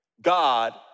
God